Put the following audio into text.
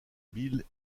bill